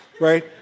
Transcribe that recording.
right